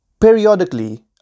periodically